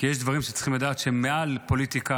כי יש דברים שצריכים לדעת שהם מעל לפוליטיקה,